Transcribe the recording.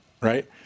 right